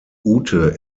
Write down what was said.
ute